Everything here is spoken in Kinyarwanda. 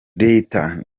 leta